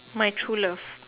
my true love